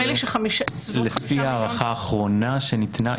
לפי ההערכה האחרונה שניתנה,